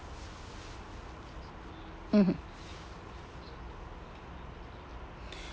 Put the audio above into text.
mmhmm